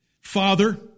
Father